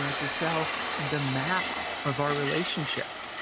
you know to sell the map of our relationships.